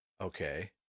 Okay